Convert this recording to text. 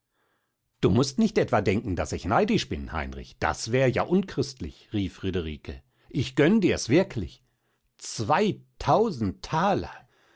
du mußt nicht etwa denken daß ich neidisch bin heinrich das wär ja unchristlich rief friederike ich gönn dir's wirklich zweitausend thaler